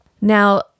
Now